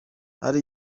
hari